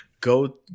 go